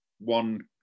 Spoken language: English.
one